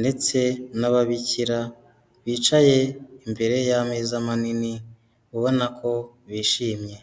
ndetse n'ababikira, bicaye imbere y'ameza manini, ubona ko bishimye.